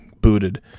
booted